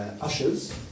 ushers